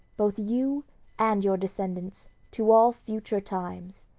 both you and your descendants, to all future times.